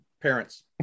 parents